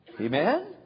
Amen